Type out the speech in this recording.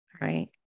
right